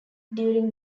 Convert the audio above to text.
during